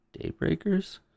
Daybreakers